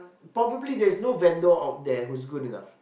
probably there's no vendor out there who's good enough